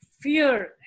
fear